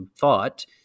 thought